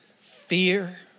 fear